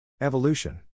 Evolution